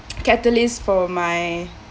catalyst for my